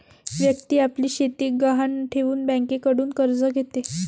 व्यक्ती आपली शेती गहाण ठेवून बँकेकडून कर्ज घेते